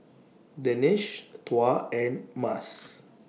Danish Tuah and Mas